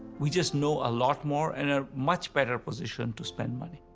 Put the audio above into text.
we just know a lot more and are much better positioned to spend money.